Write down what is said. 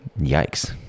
Yikes